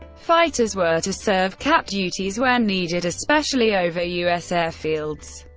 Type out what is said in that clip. fighters were to serve cap duties where needed, especially over u s. airfields.